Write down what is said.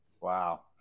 Wow